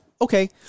Okay